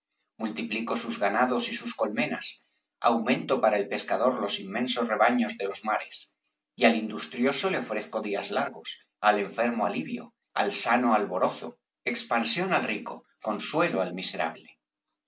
multiplico sus ganados y sus colmenas aumento para el pescador los inmensos rebaños de los mares y al industrioso le ofrezco días largos al enfermo alivio al sano alborozo expansión al rico consuelo al miserable